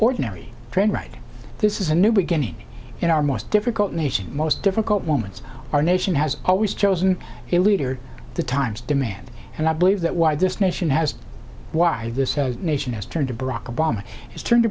ordinary train right this is a new beginning in our most difficult nation most difficult moments our nation has always chosen a leader the times demand and i believe that why this nation has why this nation has turned to